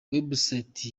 website